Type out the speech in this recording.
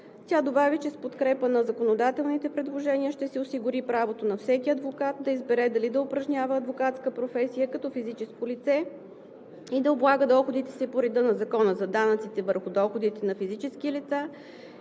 Тя добави, че с подкрепа на законодателните предложения ще се осигури правото на всеки адвокат да избере дали да упражнява адвокатска професия като физическо лице и да облага доходите си по реда на Закона за данъците върху доходите на физически лица,